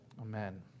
Amen